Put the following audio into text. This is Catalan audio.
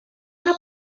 una